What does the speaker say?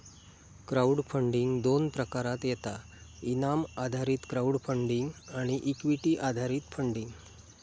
crowd funding दोन प्रकारात येता इनाम आधारित क्राउड फंडिंग आणि इक्विटी आधारित फंडिंग